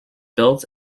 built